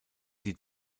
die